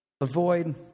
Avoid